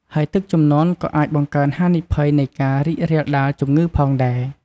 ហើយទឹកជំនន់ក៏អាចបង្កើនហានិភ័យនៃការរីករាលដាលជំងឺផងដែរ។